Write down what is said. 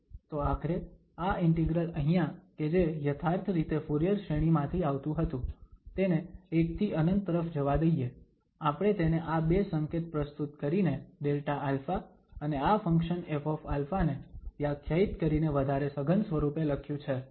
તો આખરે આ ઇન્ટિગ્રલ અહીંયા કે જે યથાર્થ રીતે ફુરીયર શ્રેણી માંથી આવતું હતું તેને 1 થી ∞ તરફ જવા દઈએ આપણે તેને આ બે સંકેત પ્રસ્તુત કરીને Δα અને આ ફંક્શન Fα ને વ્યાખ્યાયિત કરીને વધારે સઘન સ્વરુપે લખ્યું છે